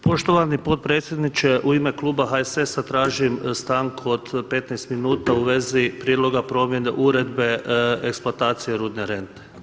Poštovani potpredsjedniče u ime kluba HSS-a tražim stanku od 15 minuta u vezi priloga promjene uredbe eksploataciji rudne rente.